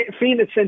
Phoenix